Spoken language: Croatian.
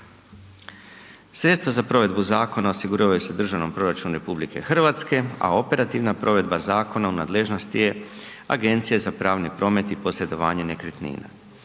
Sredstva za provedbu zakona osiguravaju se u državnom proračunu RH, a operativna provedba zakona u nadležnosti je Agencije za pravni promet i posredovanje nekretnina.